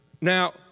Now